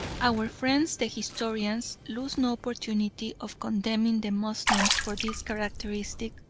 our friends the historians lose no opportunity of condemning the moslems for this characteristic,